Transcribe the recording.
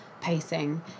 pacing